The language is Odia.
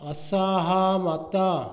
ଅସହମତ